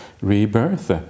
rebirth